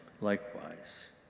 likewise